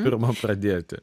pirma pradėti